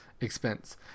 expense